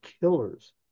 killers